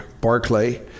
Barclay